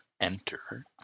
enter